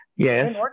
Yes